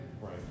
Right